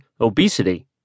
obesity